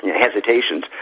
hesitations